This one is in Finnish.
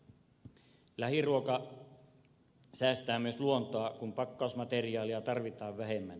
lähiruoka säästää myös luontoa kun pakkausmateriaalia tarvitaan vähemmän